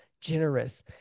generous